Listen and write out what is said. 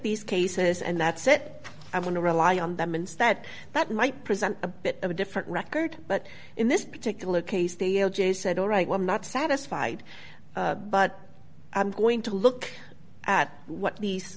these cases and that's it i want to rely on that means that that might present a bit of a different record but in this particular case they said all right well not satisfied but i'm going to look at what these